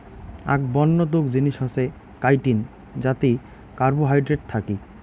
আক বন্য তুক জিনিস হসে কাইটিন যাতি কার্বোহাইড্রেট থাকি